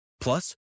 Plus